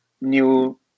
new